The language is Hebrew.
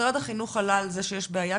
משרד החינוך עלה על זה שיש בעיה,